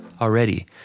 Already